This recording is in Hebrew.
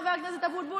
חבר הכנסת אבוטבול,